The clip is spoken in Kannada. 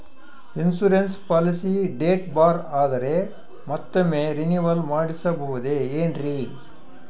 ಇನ್ಸೂರೆನ್ಸ್ ಪಾಲಿಸಿ ಡೇಟ್ ಬಾರ್ ಆದರೆ ಮತ್ತೊಮ್ಮೆ ರಿನಿವಲ್ ಮಾಡಿಸಬಹುದೇ ಏನ್ರಿ?